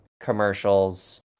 commercials